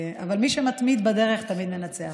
אבל מי שמתמיד בדרך תמיד מנצח,